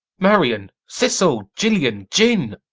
marian, cicely, gillian, ginn!